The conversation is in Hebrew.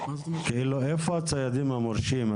איפה הציידים המורשים,